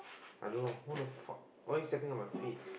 I don't know what the fuck why you stepping on my feet